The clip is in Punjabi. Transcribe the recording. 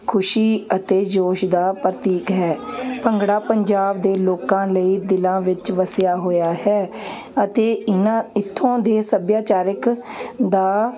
ਖੁਸ਼ੀ ਅਤੇ ਜੋਸ਼ ਦਾ ਪ੍ਰਤੀਕ ਹੈ ਭੰਗੜਾ ਪੰਜਾਬ ਦੇ ਲੋਕਾਂ ਲਈ ਦਿਲਾਂ ਵਿੱਚ ਵਸਿਆ ਹੋਇਆ ਹੈ ਅਤੇ ਇਹਨਾਂ ਇਥੋਂ ਦੇ ਸੱਭਿਆਚਾਰਿਕ ਦਾ